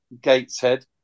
Gateshead